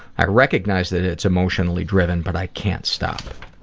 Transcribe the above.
i recognize that it's emotionally driven, but i can't stop.